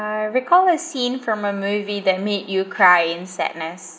recall a scene from a movie that made you cry in sadness